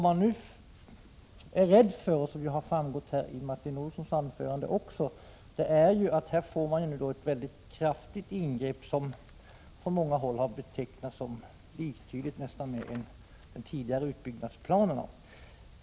Man är nu rädd för — det har också framgått av Martin Olssons anförande — att det blir ett kraftigt ingrepp som på många håll betecknats som nästan liktydigt med de tidigare utbyggnadsplanerna.